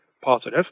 positive